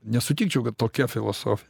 nesutikčiau kad tokia filosofi